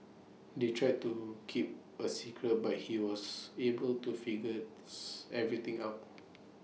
they tried to keep A secret but he was able to figures everything out